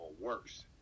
worse